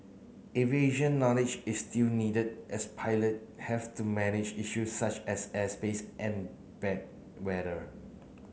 aviation knowledge is still needed as pilot have to manage issues such as airspace and bad weather